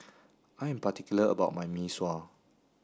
I am particular about my Mee Sua